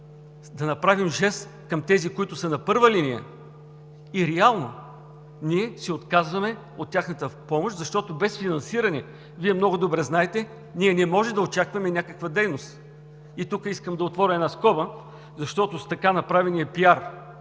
да направим жест към тези, които са на първа линия, и реално се отказваме от тяхната помощ, защото без финансиране Вие много добре знаете, ние не може да очакваме някаква дейност. И тук искам да отворя една скоба, защото с така направения PR